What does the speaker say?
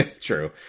True